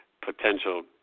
potential